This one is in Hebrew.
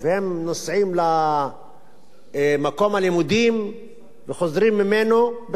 נוסעים למקום הלימודים וחוזרים ממנו בתחבורה ציבורית,